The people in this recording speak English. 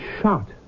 shot